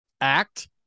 act